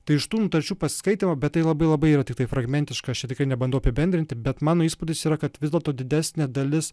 tai iš tų nutarčių pasiskaitymo bet tai labai labai yra tiktai fragmentiška aš čia tikrai nebandau apibendrinti bet mano įspūdis yra kad vis dėlto didesnė dalis